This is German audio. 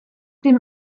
dem